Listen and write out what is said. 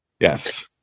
Yes